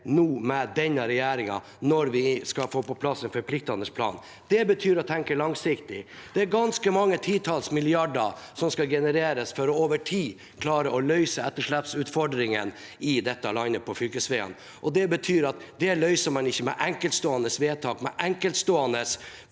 nå med denne regjeringen, når vi skal få på plass en forpliktende plan. Det betyr å tenke langsiktig. Det er ganske mange titalls milliarder som skal genereres for over tid å klare å løse etterslepsutfordringen i dette landet på fylkesveiene. Det betyr at man ikke løser det med enkeltstående vedtak og med enkeltstående